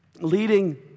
leading